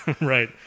Right